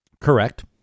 Correct